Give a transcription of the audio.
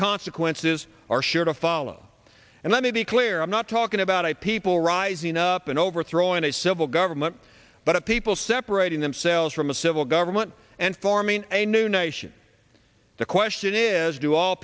consequences are sure to follow and let me be clear i'm not talking about a people rising up and overthrowing a civil government but of people separating themselves from a civil government and forming a new nation the question is do all